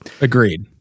Agreed